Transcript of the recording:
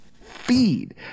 feed